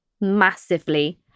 massively